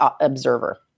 observer